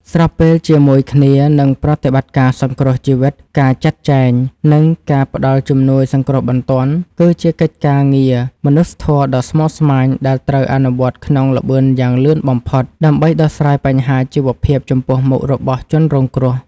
ស្របពេលជាមួយគ្នានឹងប្រតិបត្តិការសង្គ្រោះជីវិត ការចាត់ចែង និងការផ្តល់ជំនួយសង្គ្រោះបន្ទាន់ គឺជាកិច្ចការងារមនុស្សធម៌ដ៏ស្មុគស្មាញដែលត្រូវអនុវត្តក្នុងល្បឿនយ៉ាងលឿនបំផុត ដើម្បីដោះស្រាយបញ្ហាជីវភាពចំពោះមុខរបស់ជនរងគ្រោះ។